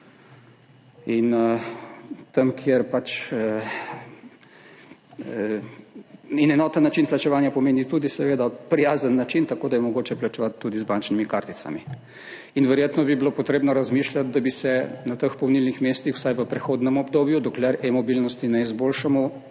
Enoten način plačevanja seveda pomeni tudi prijazen način, tako da je mogoče plačevati tudi z bančnimi karticami. In verjetno bi bilo treba razmišljati, da bi se na teh polnilnih mestih vsaj v prehodnem obdobju, dokler e-mobilnosti ne izboljšamo,